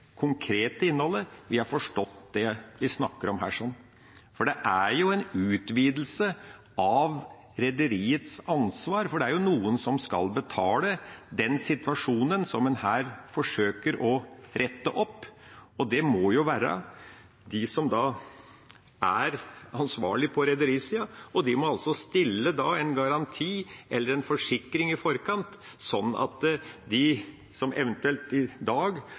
konkrete innholdet. Vi har forstått det vi snakker om her – en utvidelse av rederiets ansvar. Det er noen som skal betale for den situasjonen som en her forsøker å rette opp, og det må være de ansvarlige på rederisiden. De må stille en garanti eller en forsikring i forkant, sånn at de som eventuelt i dag